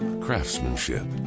craftsmanship